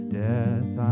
death